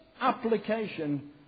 application